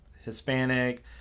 Hispanic